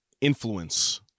influence